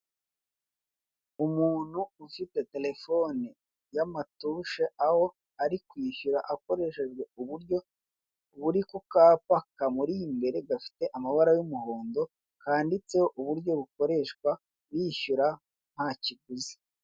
Umuntu ufite terefone y'amatushe aho ari kwishyura akoreshejwe uburyo buri ku kapa kamuri imbere gafite amabara y'umuhondo kanditseho uburyo bukoreshwa yishyura ntakiguzi.